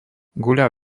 guľa